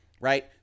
right